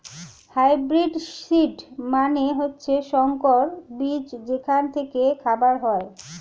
hybrid seed মানে হচ্ছে সংকর বীজ যেখান থেকে খাবার হয়